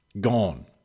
gone